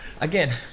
again